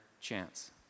chance